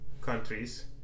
countries